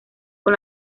con